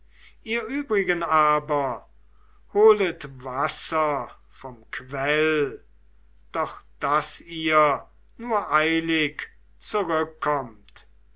ihr übrigen aber holet wasser vom quell doch daß ihr nur eilig zurückkommt